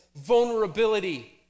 vulnerability